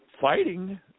fighting